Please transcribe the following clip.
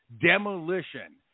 Demolition